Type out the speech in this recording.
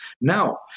Now